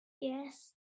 Yes